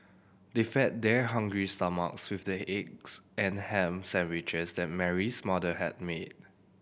they fed their hungry stomachs with the eggs and ham sandwiches that Mary's mother had made